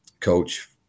coach